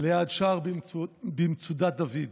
ליד שער במצודת דוד,